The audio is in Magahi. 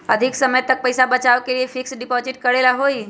अधिक समय तक पईसा बचाव के लिए फिक्स डिपॉजिट करेला होयई?